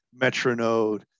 Metronode